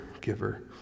giver